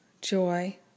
joy